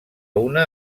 una